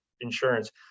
insurance